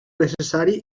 necessari